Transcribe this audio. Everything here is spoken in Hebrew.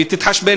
והיא תתחשבן,